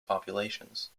populations